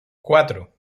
cuatro